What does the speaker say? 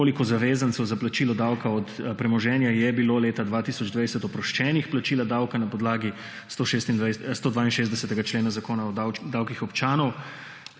Koliko zavezancev za plačilo davka od premoženja je bilo leta 2020 oproščenih plačila davka na podlagi 162. člena Zakona o davkih občanov?